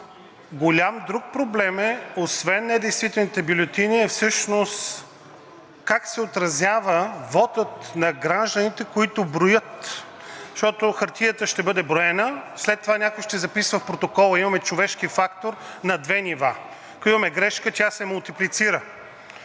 голям проблем е освен недействителните бюлетини, всъщност как се отразява вотът на гражданите, които броят. Защото хартията ще бъде броена, след това някой ще записва в протокола, имаме човешки фактор на две нива. Ако имаме грешка, тя се мултиплицира.